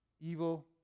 evil